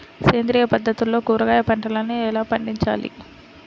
సేంద్రియ పద్ధతుల్లో కూరగాయ పంటలను ఎలా పండించాలి?